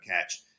catch